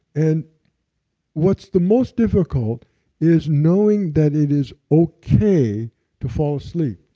and what's the most difficult is knowing that it is okay to fall asleep.